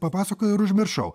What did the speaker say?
papasakojau ir užmiršau